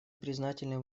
признательны